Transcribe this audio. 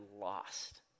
lost